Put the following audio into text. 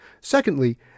Secondly